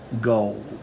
goal